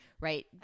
Right